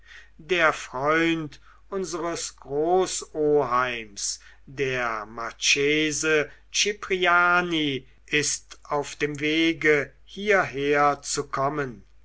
der freund unseres großoheims der marchese cipriani ist auf dem wege hierher zu kommen